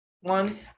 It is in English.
one